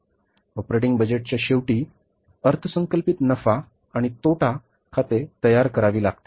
operating बजेटच्या शेवटी अर्थसंकल्पित नफा आणि तोटा खाते तयार करावी लागते